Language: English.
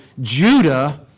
Judah